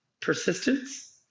persistence